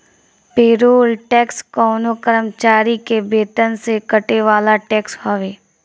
payroll tax कवनो कर्मचारी के वेतन से कटे वाला टैक्स हवे